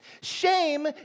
Shame